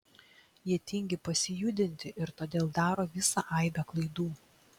jie tingi pasijudinti ir todėl daro visą aibę klaidų